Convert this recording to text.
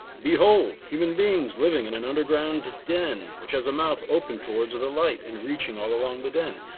behold human being living in an underground den, which has a mouth open towards the light and reaching all along the den.